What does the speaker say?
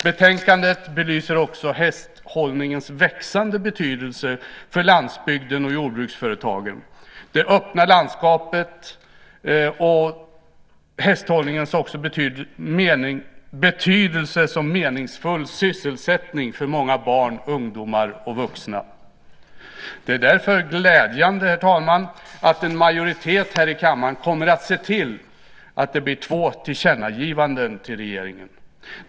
Betänkandet belyser också hästhållningens växande betydelse för landsbygden och jordbruksföretagen och för det öppna landskapet samt som meningsfull fritidssysselsättning för många barn, ungdomar och vuxna. Det är därför glädjande, herr talman, att en majoritet här i kammaren kommer att se till att det blir två tillkännagivanden till regeringen.